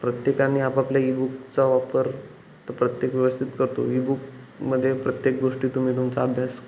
प्रत्येकाने आपापल्या ईबुकचा वापर तर प्रत्येक व्यवस्थित करतो ईबुकमध्ये प्रत्येक गोष्टी तुम्ही तुमचा अभ्यास